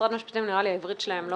משרד המשפטים, נראה לי שהעברית שלהם לא